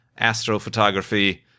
astrophotography